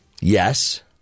Yes